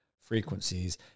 frequencies